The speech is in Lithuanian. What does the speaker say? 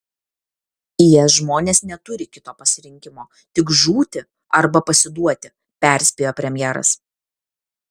is žmonės neturi kito pasirinkimo tik žūti arba pasiduoti perspėjo premjeras